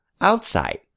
outside